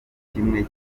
kimwe